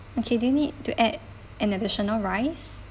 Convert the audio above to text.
okay do you need to add an additional rice